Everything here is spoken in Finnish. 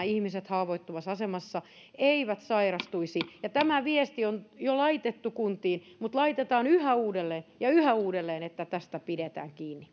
ihmiset haavoittuvassa asemassa eivät sairastuisi tämä viesti on jo laitettu kuntiin mutta laitetaan yhä uudelleen ja yhä uudelleen että tästä pidetään kiinni